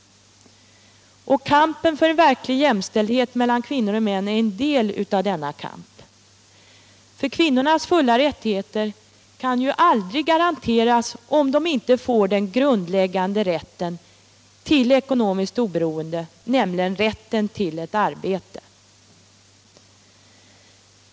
Kampen för en verklig jämställdhet mellan kvinnor och män är en del av denna kamp. Kvinnornas fulla rättigheter kan aldrig garanteras om de inte får den grundläggande rätten till ekonomiskt oberoende, nämligen rätten till arbete.